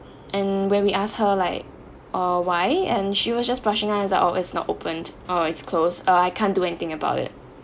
and when we asked her like uh why and she was just brushing us like oh it's not opened oh it's closed uh I can't do anything about it